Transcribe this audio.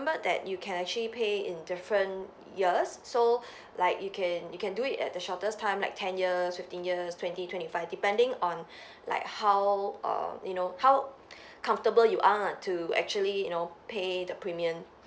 that you can actually pay in different years so like you can you can do it at the shortest time like ten years fifteen years twenty twenty five depending on like how err you know how comfortable you are to actually you know pay the premium